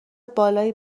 بالایی